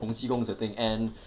洪七公 is the thing and